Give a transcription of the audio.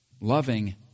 loving